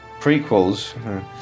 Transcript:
prequels